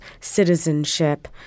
citizenship